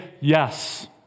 yes